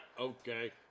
okay